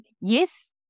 yes